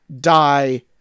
die